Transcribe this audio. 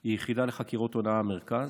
היא יחידה לחקירות הונאה מרכז.